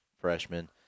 freshman